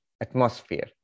atmosphere